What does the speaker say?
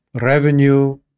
revenue